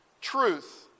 truth